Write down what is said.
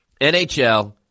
NHL